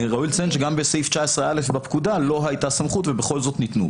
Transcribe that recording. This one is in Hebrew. ראוי לציין שגם בסעיף 19א בפקודה לא הייתה סמכות ובכל זאת ניתנו.